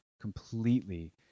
completely